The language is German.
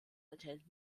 enthält